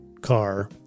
car